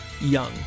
Young